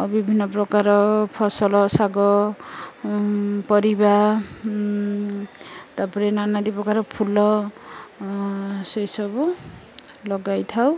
ଆଉ ବିଭିନ୍ନ ପ୍ରକାର ଫସଲ ଶାଗ ପରିବା ତାପରେ ନାନାଦି ପ୍ରକାର ଫୁଲ ସେସବୁ ଲଗାଇଥାଉ